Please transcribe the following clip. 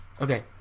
Okay